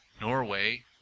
Norway